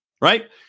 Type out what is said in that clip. right